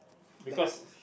because